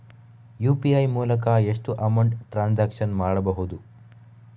UPI ಮೂಲಕ ಎಷ್ಟು amount transaction ಮಾಡಬಹುದು?